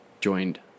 joined